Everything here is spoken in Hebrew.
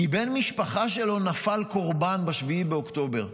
כי בן משפחה שלו נפל קורבן ב-7 באוקטובר.